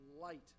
light